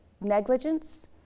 negligence